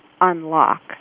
UNLOCK